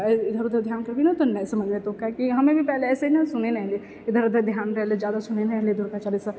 आओर इधर उधर ध्यान करवही ने तऽ नहि समझमे एतौ कियाकि हमे भी पहिले अइसने सुनने रहियै इधर उधर ध्यान रहै जादा सुनैमे नहि एलै दुर्गा चालीसा